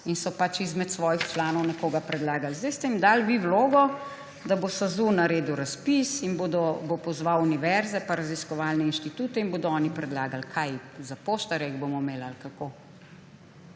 in so izmed svojih članov nekoga predlagali. Sedaj ste jim dal vi vlogo, da bo SAZU naredil razpis in bo pozval univerze in raziskovalne inštitute, da bodo oni predlagali. A za poštarja jih bomo imeli ali kako?